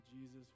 Jesus